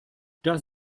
das